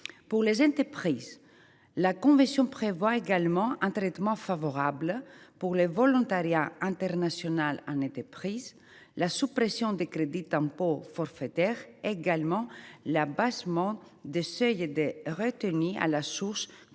Pour les entreprises, la convention prévoit également un traitement favorable du volontariat international en entreprise, la suppression des crédits d’impôts forfaitaires, ainsi que l’abaissement des seuils de retenue à la source pour les